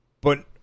But-